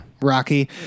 rocky